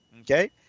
Okay